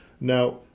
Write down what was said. now